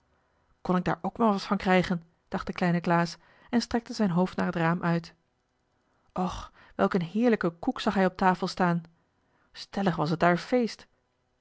kon ik daar ook maar wat van krijgen dacht de kleine klaas en strekte zijn hoofd naar het raam uit och welk een heerlijken koek zag hij op tafel staan stellig was het daar feest